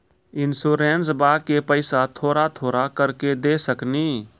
इंश्योरेंसबा के पैसा थोड़ा थोड़ा करके दे सकेनी?